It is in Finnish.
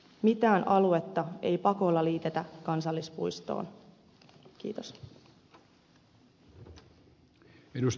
mitään aluetta ei pakolla liitetä kansallispuistoon